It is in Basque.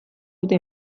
dute